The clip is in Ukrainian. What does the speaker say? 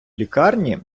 лікарні